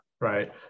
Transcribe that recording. right